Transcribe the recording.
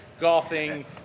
golfing